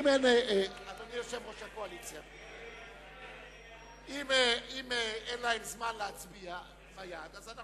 קבוצת סיעת חד"ש וקבוצת סיעת האיחוד הלאומי לסעיף 138 לא